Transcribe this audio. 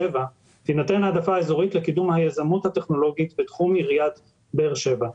תינתן העדפה אזורית לקידום היזמות הטכנולוגית בתחום עיריית באר שבע".